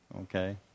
okay